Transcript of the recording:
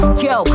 yo